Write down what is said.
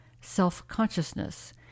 self-consciousness